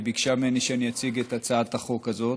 והיא ביקשה ממני שאני אציג את הצעת החוק הזאת.